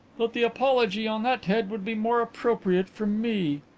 that the apology on that head would be more appropriate from me.